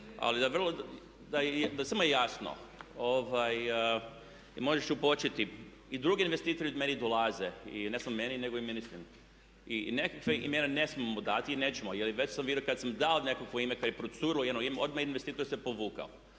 Ali da je samo jasno, i drugi investitori meni dolaze, ne samo meni nego i ministrima, i nekakva imena ne smijemo dati i nećemo. Jer već kad sam dao nekakvo ime, kad je procurilo jedno ime odmah investitor se povukao.